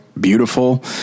beautiful